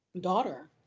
daughter